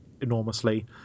enormously